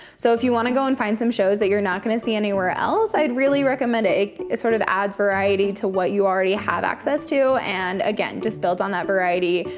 so if you wanna go and find some shows that you're not gonna see anywhere else, i'd really recommend it. it sort of adds variety to what you already have access to, and again, just builds on that variety.